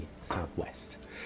southwest